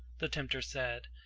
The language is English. the tempter said,